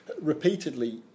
repeatedly